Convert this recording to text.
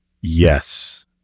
Yes